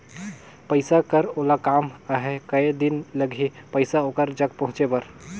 पइसा कर ओला काम आहे कये दिन लगही पइसा ओकर जग पहुंचे बर?